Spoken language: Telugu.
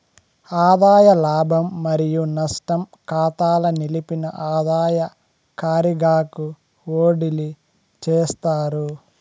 ఆదాయ లాభం మరియు నష్టం కాతాల నిలిపిన ఆదాయ కారిగాకు ఓడిలీ చేస్తారు